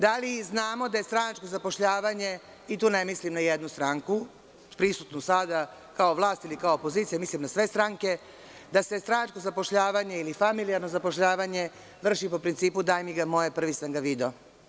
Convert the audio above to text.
Da li znamo da je stranačko zapošljavanje, i tu ne mislim na jednu stranku prisutnu sada kao vlast ili opoziciju, mislim na sve stranke, da se stranačko zapošljavanje ili familijarno vrši po principu – daj mi ga, moj je, prvi sam ga video?